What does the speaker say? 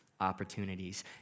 opportunities